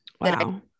Wow